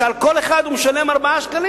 שעל כל אחד הוא משלם 4 שקלים,